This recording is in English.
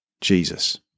Jesus